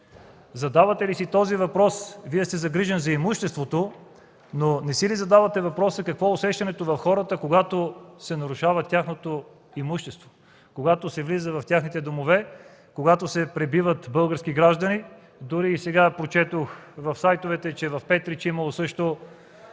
Задавате ли си този въпрос? Загрижен сте за имуществото, но задавате ли си въпроса какво е усещането в хората, когато се нарушава тяхното имущество, когато се влиза в техните домове, когато се пребиват български граждани? Дори и сега прочетох в сайтовете, че в Петрич също